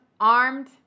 armed